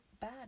bad